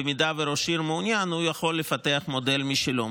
ואם ראש עיר מעוניין, הוא יכול לפתח מודל משלו.